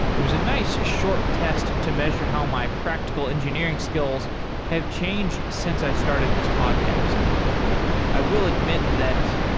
it was a nice short test to measure how my practical engineering skills have changed since i started this podcast i will admit that,